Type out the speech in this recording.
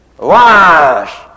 Wash